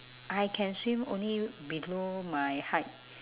I can swim only below my height